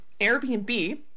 Airbnb